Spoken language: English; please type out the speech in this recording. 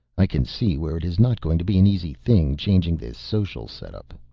i can see where it is not going to be an easy thing changing this social setup.